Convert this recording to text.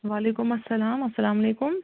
وعلیکُم اَلسَلام اَلسَلام علیکُم